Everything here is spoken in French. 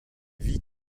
vit